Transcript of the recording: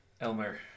Elmer